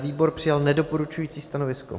Výbor přijal nedoporučující stanovisko.